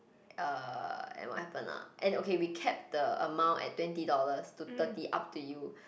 uh and what happened lah and okay we kept the amount at twenty dollars or thirty up to you